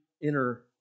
inner